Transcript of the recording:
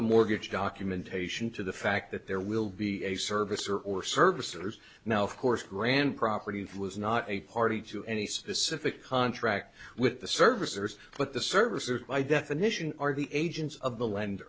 the mortgage documentation to the fact that there will be a service or or service or now of course grand property that was not a party to any specific contract with the services but the services are by definition are the agents of the lend